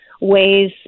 ways